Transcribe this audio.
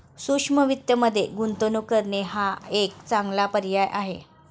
सूक्ष्म वित्तमध्ये गुंतवणूक करणे हा एक चांगला पर्याय आहे